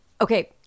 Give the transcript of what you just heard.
Okay